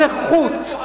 יש זכות.